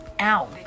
Ow